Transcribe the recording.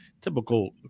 typical